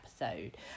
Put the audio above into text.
episode